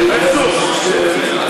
חבר הכנסת שטרן,